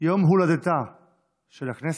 יום הולדתה של הכנסת,